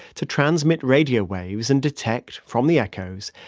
to transmit radio waves and detect, from the echos,